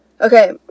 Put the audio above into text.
Okay